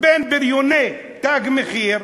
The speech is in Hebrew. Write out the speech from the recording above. בין בריוני "תג מחיר"